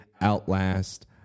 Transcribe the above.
outlast